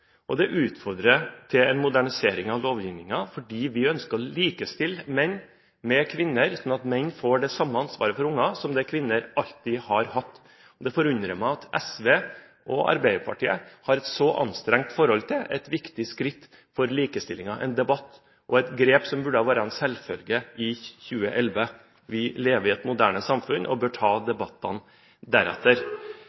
og det utfordrer til en modernisering av lovgivningen, fordi vi ønsker å likestille menn med kvinner, sånn at menn får det samme ansvaret for barn som kvinner alltid har hatt. Det forundrer meg at SV og Arbeiderpartiet har et så anstrengt forhold til et viktig skritt for likestillingen og til en debatt og et grep som burde ha vært en selvfølge i 2011. Vi lever i et moderne samfunn og bør ta